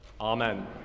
amen